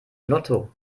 lotto